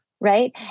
Right